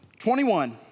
21